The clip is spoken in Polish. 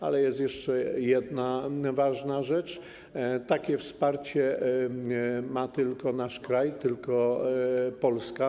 Ale jest jeszcze jedna ważna rzecz: takie wsparcie ma tylko nasz kraj, tylko Polska.